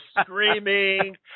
screaming